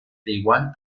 taiwán